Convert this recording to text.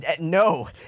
No